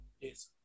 Yes